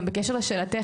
גם בקשר לשאלתך,